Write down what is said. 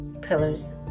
pillars